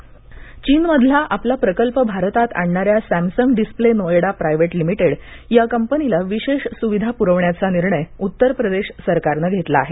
उत्तर प्रदेश सॅमसंग चीनमधला आपला प्रकल्प भारतात आणणाऱ्या Samsung display Noida private limited या कंपनीला विशेष सुविधा प्रवण्याचा निर्णय उत्तरप्रदेश सरकारनं घेतला आहे